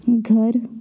घर